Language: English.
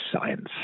science